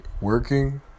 working